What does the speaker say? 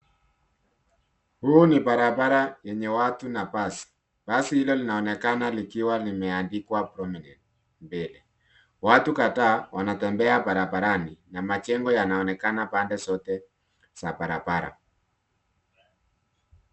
Huu ni barabara yenye watu na basi . Basi hilo linaonekana likiwa limeandikwa prominent mbele. Watu kadhaa wanatembea barabarani na majengo yanaonekana pande zote za barabara.